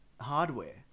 Hardware